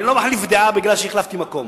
אני לא מחליף דעה כי החלפתי מקום.